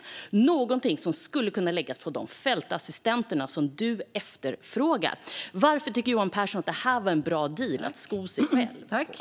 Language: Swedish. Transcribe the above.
Det är pengar som skulle kunna läggas på de fältassistenter som du efterfrågar. Varför tycker Johan Pehrson att det här är en bra deal att sko sig själv på?